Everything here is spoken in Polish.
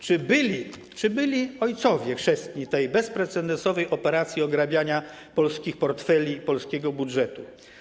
Czy byli ojcowie chrzestni tej bezprecedensowej operacji ograbiania polskich portfeli, polskiego budżetu?